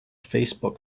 facebook